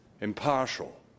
impartial